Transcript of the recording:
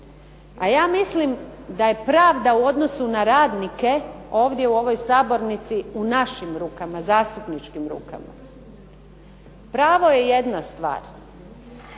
A ja mislim da je pravda u odnosu na radnike ovdje u ovoj sabornici u našim rukama, zastupničkim rukama. Pravo je jedna stvar.